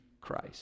Christ